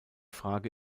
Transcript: frage